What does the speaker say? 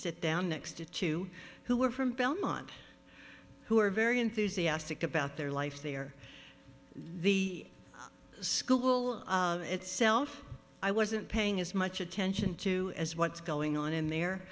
sit down next to two who were from belmont who were very enthusiastic about their life there the school itself i wasn't paying as much attention to as what's going on in there